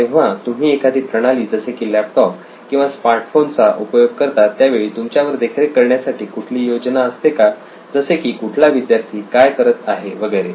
जेव्हा तुम्ही एखादी प्रणाली जसे की लॅपटॉप किंवा स्मार्ट फोन चा उपयोग करता त्यावेळी तुमच्यावर देखरेख करण्यासाठी कुठली योजना असते का जसे की कुठला विद्यार्थी काय करत आहे वगैरे